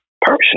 person